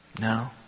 no